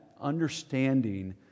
understanding